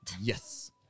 yes